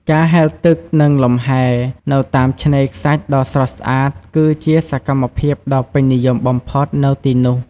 ការហែលទឹក និងលំហែ នៅតាមឆ្នេរខ្សាច់ដ៏ស្រស់ស្អាតគឺជាសកម្មភាពដ៏ពេញនិយមបំផុតនៅទីនោះ។